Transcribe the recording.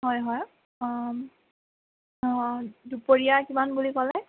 হয় হয় দুপৰীয়া কিমান বুলি ক'লে